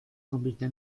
convirtió